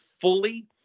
fully